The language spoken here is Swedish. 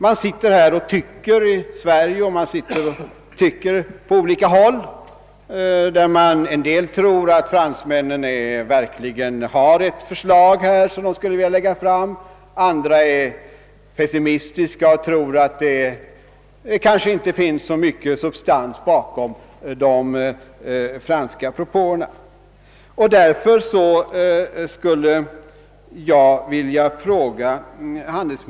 Vi sitter här i Sverige och på en del andra håll och tycker och tror; en del tror att fransmännen verkligen har ett förslag som de skulle vilja lägga fram, andra är pessimistiska och tror att det kanske inte finns så mycket substans bakom de franska propåerna.